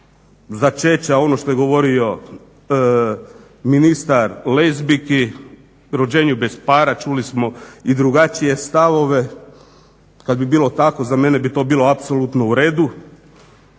začeća, ono što je govorio ministar lezbijki, rođenju bez para, čuli smo i drugačije stavove. Kad bi bilo tako, za mene bi to bilo apsolutno uredu.